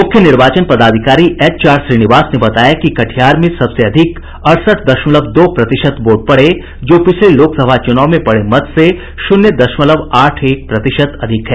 मुख्य निर्वाचन पदाधिकारी एचआर श्रीनिवास ने बताया कि कटिहार में सबसे अधिक अड़सठ दशमलव दो प्रतिशत वोट पड़े जो पिछले लोकसभा चुनाव में पड़े मत से शून्य दशमलव आठ एक प्रतिशत अधिक है